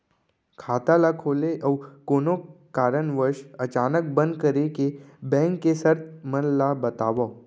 खाता ला खोले अऊ कोनो कारनवश अचानक बंद करे के, बैंक के शर्त मन ला बतावव